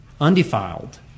undefiled